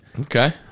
Okay